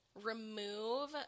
remove